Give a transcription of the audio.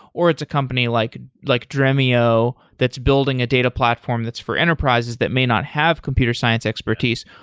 or it's a company like like dremio that's building a data platform that's for enterprises that may not have computer science expertise.